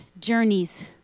journeys